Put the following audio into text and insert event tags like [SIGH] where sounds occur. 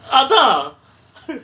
அதா:atha [NOISE]